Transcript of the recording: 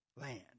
land